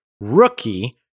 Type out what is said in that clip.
rookie